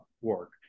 work